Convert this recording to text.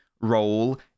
role